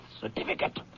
certificate